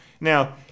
now